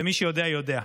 ומי שיודע, יודע,